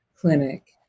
clinic